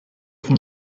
von